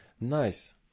nice